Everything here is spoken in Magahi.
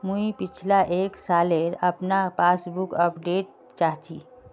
मुई पिछला एक सालेर अपना पासबुक अपडेट चाहची?